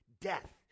Death